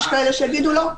יש כאלה שיגידו: לא.